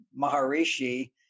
Maharishi